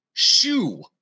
shoe